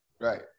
Right